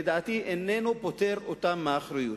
לדעתי איננו פוטר אותם מאחריות.